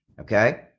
okay